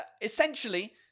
essentially